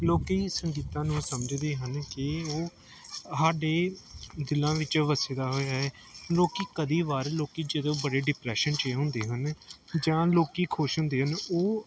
ਲੋਕ ਸੰਗੀਤ ਨੂੰ ਸਮਝਦੇ ਹਨ ਕਿ ਉਹ ਸਾਡੇ ਦਿਲਾਂ ਵਿੱਚ ਵਸਦਾ ਹੋਇਆ ਲੋਕ ਕਦੀ ਵਾਰੇ ਲੋਕ ਜਦੋਂ ਬੜੇ ਡਿਪਰੈਸ਼ਨ 'ਚ ਹੁੰਦੇ ਹਨ ਜਾਂ ਲੋਕ ਖੁਸ਼ ਹੁੰਦੇ ਉਹ